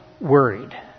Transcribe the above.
worried